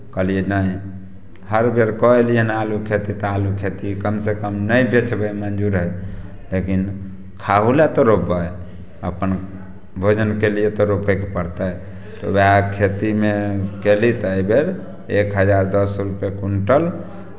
कहलियै नहि हर बेर कऽ अयली हन आलूके खेती तऽ आलूके खेती कमसँ कम नहि बेचबै मंजूर हइ लेकिन खाहो लए तऽ रोपबै अपन भोजनके लिए तऽ रोपयके पड़तै उएह खेतीमे कयली तऽ एहि बेर एक हजार दस रुपैए कुण्टल